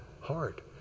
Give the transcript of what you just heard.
hard